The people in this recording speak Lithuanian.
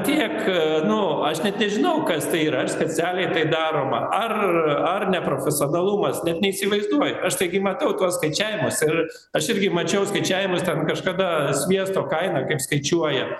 tiek nu aš net nežinau kas tai yra ar specialiai tai daroma ar ar neprofesionalumas net neįsivaizduoju aš taigi matau tuos skaičiavimus ir aš irgi mačiau skaičiavimus ten kažkada sviesto kaina kaip skaičiuojama